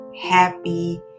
happy